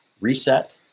reset